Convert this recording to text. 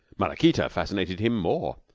maraquita fascinated him more.